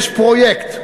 יש פרויקט,